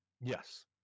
Yes